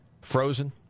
Frozen